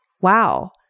wow